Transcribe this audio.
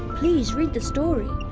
please, read the story!